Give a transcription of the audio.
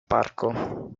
parco